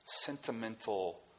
Sentimental